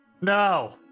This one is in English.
No